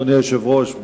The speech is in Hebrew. אדוני היושב-ראש,